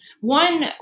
One